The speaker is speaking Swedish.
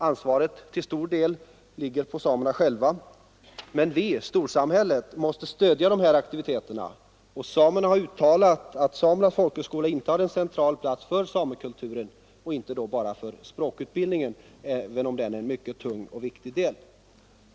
Ansvaret ligger till stor del på samerna själva. Men vi, storsamhället, måste stödja aktiviteterna. Samerna har uttalat att Samernas folkhögskola intar en central plats för samekulturen och då inte bara för språkutbildningen, även om den är en mycket stor och viktig del.